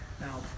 Now